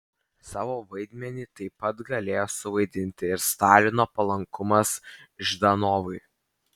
savo vaidmenį taip pat galėjo suvaidinti ir stalino palankumas ždanovui